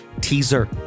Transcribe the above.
teaser